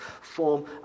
form